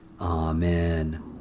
Amen